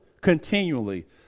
continually